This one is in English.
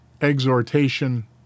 exhortation